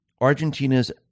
Argentina's